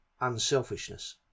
unselfishness